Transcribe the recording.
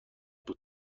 بود